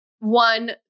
One